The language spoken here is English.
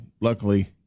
Luckily